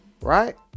right